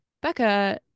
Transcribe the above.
Becca